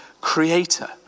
creator